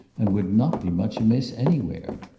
and would not be much amiss anywhere.